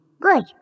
Good